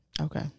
Okay